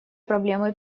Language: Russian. проблемы